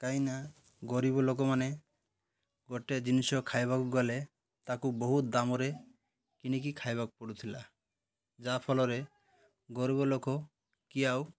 କାହିଁକିନା ଗରିବ ଲୋକମାନେ ଗୋଟେ ଜିନିଷ ଖାଇବାକୁ ଗଲେ ତାକୁ ବହୁତ ଦାମରେ କିଣିକି ଖାଇବାକୁ ପଡ଼ୁଥିଲା ଯାହାଫଳରେ ଗରିବ ଲୋକ କି ଆଉ